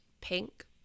pink